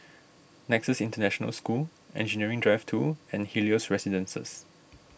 Nexus International School Engineering Drive two and Helios Residences